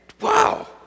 Wow